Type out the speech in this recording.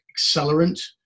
accelerant